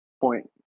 point